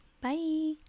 Bye